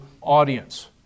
audience